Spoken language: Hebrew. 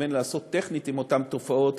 מתכוון לעשות טכנית עם אותן תופעות,